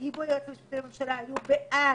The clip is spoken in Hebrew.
בגיבוי היועץ המשפטי לממשלה היו בעד,